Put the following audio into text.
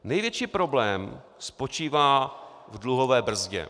Největší problém spočívá v dluhové brzdě.